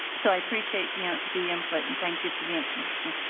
so i appreciate the yeah the input and thank you for the information.